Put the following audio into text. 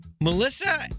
Melissa